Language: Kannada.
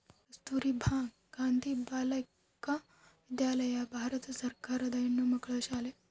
ಕಸ್ತುರ್ಭ ಗಾಂಧಿ ಬಾಲಿಕ ವಿದ್ಯಾಲಯ ಭಾರತ ಸರ್ಕಾರದ ಹೆಣ್ಣುಮಕ್ಕಳ ಶಾಲೆ